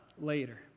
later